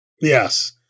Yes